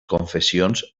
confessions